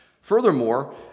Furthermore